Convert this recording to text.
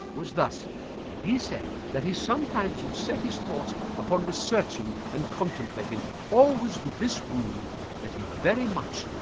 was thus he said that he sometimes would set his thoughts upon researching and contemplating always with this rule that he very much,